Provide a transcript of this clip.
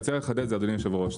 אני רוצה לחדד גם לאדוני היושב ראש,